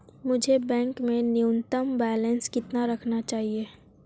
मुझे बैंक में न्यूनतम बैलेंस कितना रखना चाहिए?